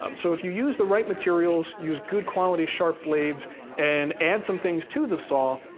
um so, if you use the right materials, use good-quality, sharp blades and add some things to the saw,